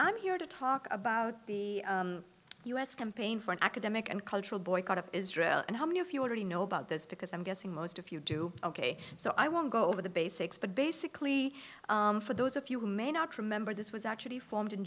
i'm here to talk about the u s campaign for an academic and cultural boycott of israel and how many of you already know about this because i'm guessing most of you do ok so i won't go over the basics but basically for those of you who may not remember this was actually formed in